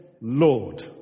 Lord